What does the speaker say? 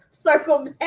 circle